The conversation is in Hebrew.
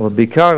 אבל בעיקר,